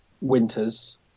Winters